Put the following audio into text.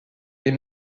les